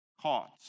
caught